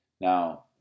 now